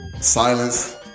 silence